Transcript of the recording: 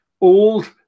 old